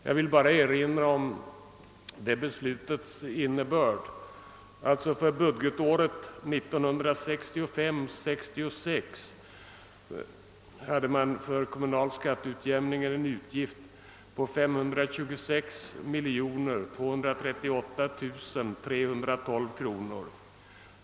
Jag vill endast erinra om det beslutets innebörd. För budgetåret 1965/66 var utgiften för kommunal skatteutjämning 526 238 312 kronor.